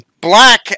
black